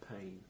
pain